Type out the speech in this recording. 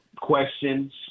questions